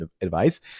advice